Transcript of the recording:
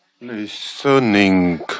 listening